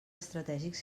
estratègics